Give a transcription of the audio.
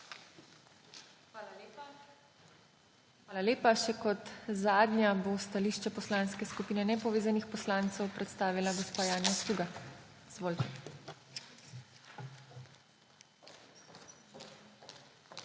HEFERLE: Hvala lepa. Še kot zadnja bo stališče Poslanske skupine nepovezanih poslancev predstavila gospa Janja Sluga. Izvolite.